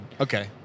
Okay